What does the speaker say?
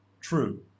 true